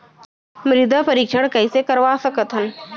मृदा परीक्षण कइसे करवा सकत हन?